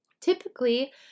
Typically